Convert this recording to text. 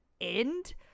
end